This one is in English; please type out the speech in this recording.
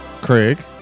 Craig